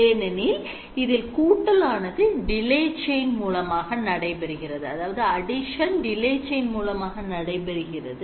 ஏனெனில் இதில் கூட்டல் ஆனது delay chain மூலமாக நடைபெறுகிறது